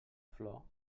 flor